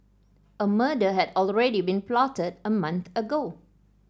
a murder had already been plotted a month ago